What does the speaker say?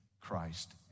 Christ